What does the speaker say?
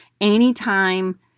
Anytime